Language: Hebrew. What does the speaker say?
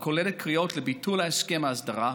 הכוללות קריאה לביטול הסכם ההסדרה,